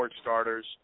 starters